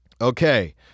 Okay